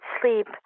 sleep